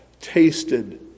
tasted